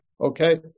Okay